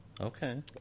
Okay